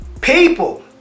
people